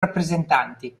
rappresentanti